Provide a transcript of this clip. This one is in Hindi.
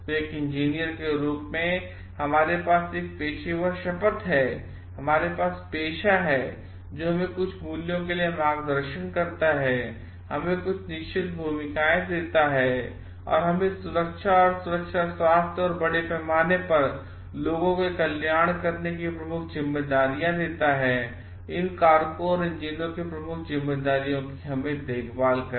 एक इंजीनियर के रूप में हमारे पास एक पेशेवर शपथ है हमारे पास पेशा है जो हमें कुछ मूल्यों के लिए मार्गदर्शन करता है और हमें कुछ निश्चित भूमिकाएं देता है और इसमें सुरक्षा और सुरक्षा स्वास्थ्य और बड़े पैमाने पर लोगों का कल्याण प्रमुख जिम्मेदारियां हैं इन कारकों और इंजीनियरों की प्रमुख जिम्मेदारियों की देखभाल करना